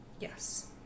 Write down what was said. Yes